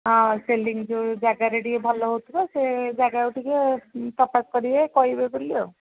ହଁ ସେଲିଂ ଯୋଉ ଜାଗାରେ ଟିକେ ଭଲ ହଉଥିବ ସେ ଜାଗାକୁ ଟିକେ କରିବେ କହିବେ ବୋଲି ଆଉ